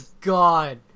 God